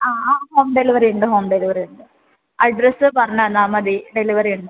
yes home delivery ഉണ്ട് home delivery ഉണ്ട് address പറഞ്ഞ് തന്നാ മതി ഡെലിവറി ഉണ്ട്